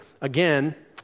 Again